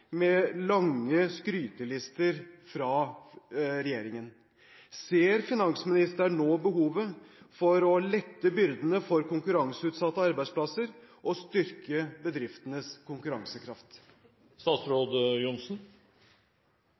med lange skrytelister fra regjeringen. Ser finansministeren nå behovet for å lette byrdene for konkurranseutsatte arbeidsplasser og styrke bedriftenes konkurransekraft?